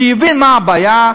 שיבין מה הבעיה,